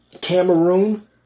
Cameroon